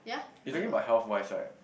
you talking about health wise right